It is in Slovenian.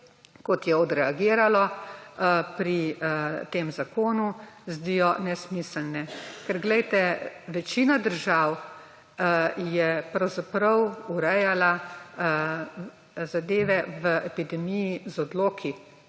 kot je odreagiralo pri tem zakonu, zdijo nesmiselne. Glejte, večina držav je pravzaprav urejala zadeve v epidemiji z odloki.